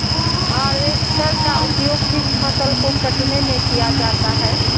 Harvester का उपयोग किस फसल को कटने में किया जाता है?